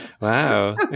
Wow